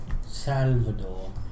Salvador